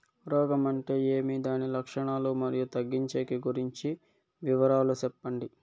రోగం అంటే ఏమి దాని లక్షణాలు, మరియు తగ్గించేకి గురించి వివరాలు సెప్పండి?